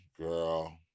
girl